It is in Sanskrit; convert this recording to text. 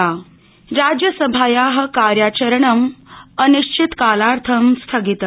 राज्यसभा स्थगित राज्यसभाया कार्याचरणं अनिश्चितकालार्थं स्थगितम्